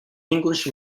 english